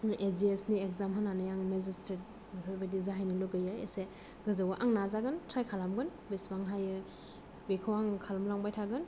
ए G S नि exam होनानै आं मेजेसट्रेट बेफोरबादि जाहैनो लुगैयो एसे गोजौआव आं नाजागोन ट्राय खालामगोन बेसेबां हायो बेखौ आं खालाम लांबाय थागोन